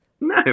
No